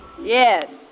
Yes